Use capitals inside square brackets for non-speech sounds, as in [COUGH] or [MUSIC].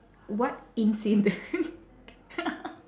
what incident [LAUGHS]